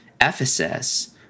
Ephesus